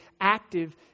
active